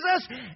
Jesus